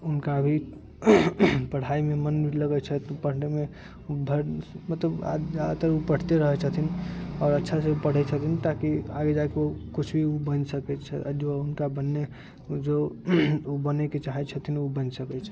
हुनका अभी पढ़ाइमे मन लगै छथि पढ़नेमे उ बड़ मतलब जादेतर उ पढ़ते रहै छथिन आओर अच्छासँ पढ़ै छथिन ताकि आगे जाके उ कुछ भी उ बनि सकै छथि जो हुनका जो उ बनेके चाहे छथिन उ बनि सकै छथिन